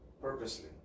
purposely